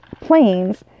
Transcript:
planes